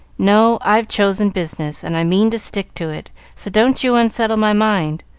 no i've chosen business, and i mean to stick to it, so don't you unsettle my mind.